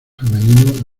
femenino